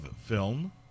film